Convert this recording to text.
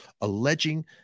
alleging